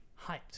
hyped